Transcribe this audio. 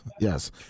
yes